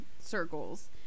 circles